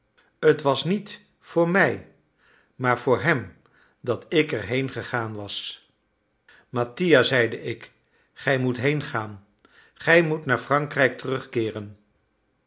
t was niet voor mij maar voor hem dat ik er heengegaan was mattia zeide ik gij moet heengaan gij moet naar frankrijk terugkeeren